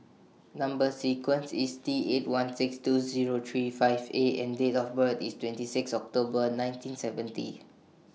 Number sequence IS T eight one six two Zero three five A and Date of birth IS twenty six October nineteen seventy